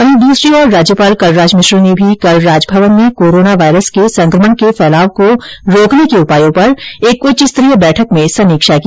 वहीं दूसरी ओर राज्यपाल कलराज मिश्र ने भी कल राजभवन में कोरोना वायरस के संकमण के फैलाव को रोकने के उपायो पर एक उच्चस्तरीय बैठक में समीक्षा की